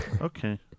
Okay